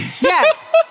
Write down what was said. Yes